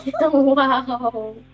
Wow